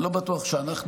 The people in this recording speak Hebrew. אני לא בטוח שאנחנו,